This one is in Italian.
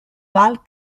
val